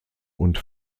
und